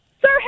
Sir